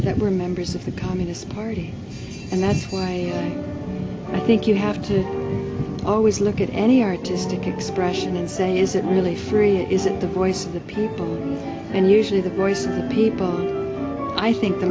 that were members of the communist party and that's why i think you have to always look at any artistic expression and say is it really free is it the voice of the people and usually the voice of the people i think the